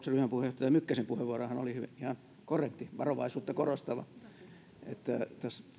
ryhmäpuheenjohtaja mykkäsen puheenvuoro oli ihan korrekti varovaisuutta korostava että tässä